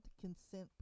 Consent